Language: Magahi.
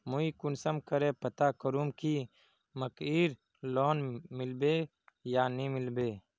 मुई कुंसम करे पता करूम की मकईर लोन मिलबे या नी मिलबे?